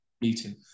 meeting